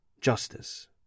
Justice